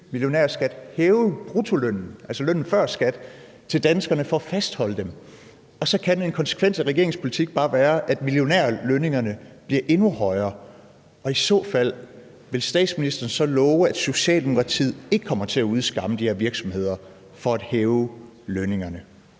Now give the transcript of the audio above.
millionærskat hæve bruttolønnen, altså lønnen før skat, til danskerne for at fastholde dem. Så kan en konsekvens af regeringens politik bare være, at millionærlønningerne bliver endnu højere. Vil statsministeren i så fald så love, at Socialdemokratiet ikke kommer til at udskamme de her virksomheder for at hæve lønningerne?